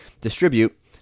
distribute